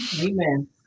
Amen